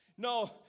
No